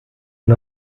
one